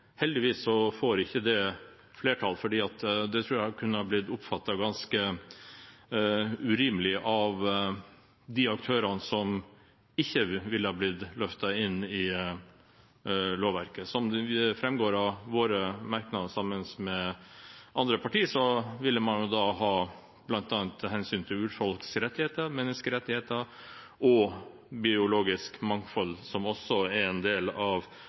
heldigvis får ikke det flertall, for det tror jeg kunne blitt oppfattet som ganske urimelig av de aktørene som ikke ville blitt løftet inn i lovverket. Som det framgår av de merknadene vi har sammen med andre partier, ville man da måttet ta hensyn til bl.a. urfolks rettigheter, menneskerettigheter og biologisk mangfold, som også er en del av